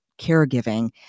caregiving